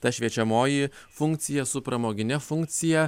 ta šviečiamoji funkcija su pramogine funkcija